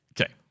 Okay